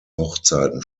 hochzeiten